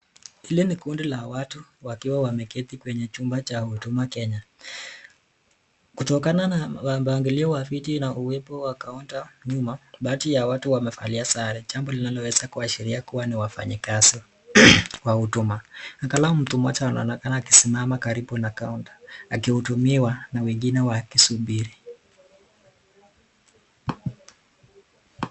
Hili ni kundi la watu wakiwa wameketi kwenye chumba cha huduma Kenya. Kutokana na mpangilio wa viti na uwepo wa [counter] nyuma, baadhi ya watu wamevalia sare. Jambo linaloweza kuashiria kua ni wafanyikazi wa huduma. Angalao mtu mmoja anaonekana akisimama karibu na [Counter] akihudumiwa na wengine wakisubiri.